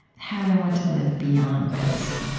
how we want to live beyond this.